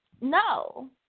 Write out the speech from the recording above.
No